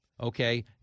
okay